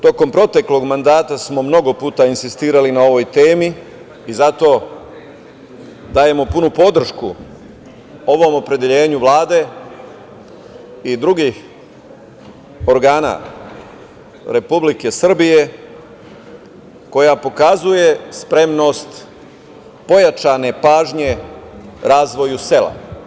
Tokom proteklog mandata smo mnogo puta insistirali na ovoj temi i zato dajemo punu podršku ovom opredeljenju Vlade i drugih organa Republike Srbije koja pokazuje spremnost pojačane pažnje razvoju sela.